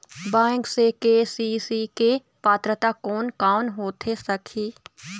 Bank से KCC के पात्रता कोन कौन होथे सकही?